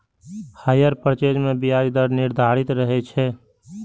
hire purchase मे ब्याज दर निर्धारित रहै छै